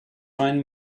find